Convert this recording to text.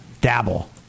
Dabble